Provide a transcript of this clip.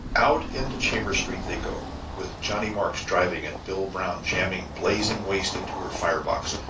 out into chambers street they go, with johnnie marks driving and bill brown jamming blazing waste into her fire-box,